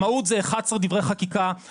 המהות זה 11 דברי חקיקה,